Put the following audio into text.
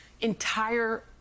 entire